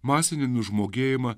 masinį nužmogėjimą